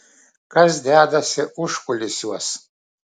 kas dedasi užkulisiuos